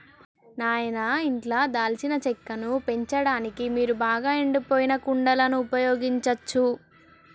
నాయిన ఇంట్లో దాల్చిన చెక్కను పెంచడానికి మీరు బాగా ఎండిపోయిన కుండలను ఉపయోగించచ్చు